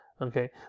Okay